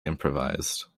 improvised